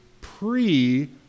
pre